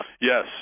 Yes